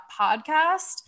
podcast